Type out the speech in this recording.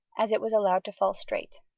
as it was allowed to fall straight.